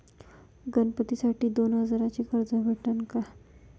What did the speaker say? गणपतीसाठी दोन हजाराचे कर्ज भेटन का?